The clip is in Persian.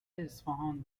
اصفهان